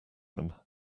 them